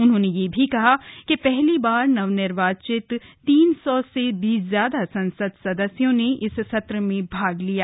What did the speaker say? उन्होंने यह भी कहा कि पहली बार निर्वाचित तीन सौ से भी ज्यादा संसद सदस्यों ने इस सत्र में भाग लिया